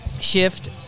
shift